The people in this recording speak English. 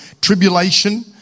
tribulation